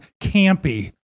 campy